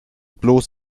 bloß